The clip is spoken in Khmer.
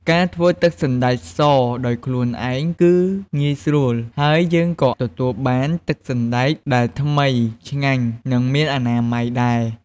ការធ្វើទឹកសណ្តែកសដោយខ្លួនឯងគឺងាយស្រួល ហើយយើងក៏ទទួលបានទឹកសណ្ដែកដែលថ្មីឆ្ងាញ់ និងមានអនាម័យដែរ។